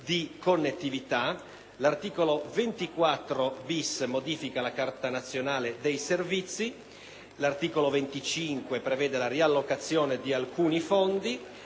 L'articolo 24-*bis* modifica la Carta nazionale dei servizi. L'articolo 25 prevede la riallocazione di alcuni fondi.